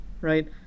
right